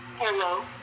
Hello